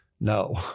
No